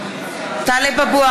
(קוראת